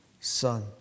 son